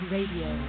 Radio